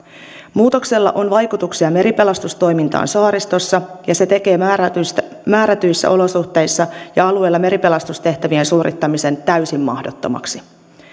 muutoksella on vaikutuksia meripelastustoimintaan saaristossa ja se tekee määrätyissä määrätyissä olosuhteissa ja alueilla meripelastustehtävien suorittamisen täysin mahdottomaksi